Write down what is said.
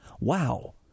Wow